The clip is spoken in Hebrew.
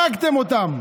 הרגתם אותם.